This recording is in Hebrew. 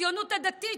הציונות הדתית,